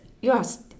yes